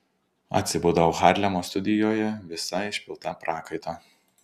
atsibudau harlemo studijoje visa išpilta prakaito